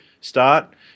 start